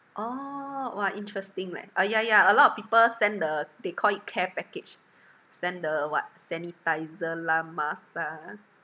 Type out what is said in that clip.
orh !wah! interesting leh uh yeah yeah a lot of people send the they call it care package send the what sanitizer lah mask lah